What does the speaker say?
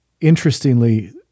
interestingly